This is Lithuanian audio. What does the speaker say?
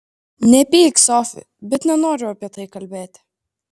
nepyk sofi bet nenoriu apie tai kalbėti